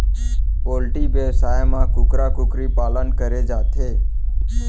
poultry बेवसाय म कुकरा कुकरी पालन करे जाथे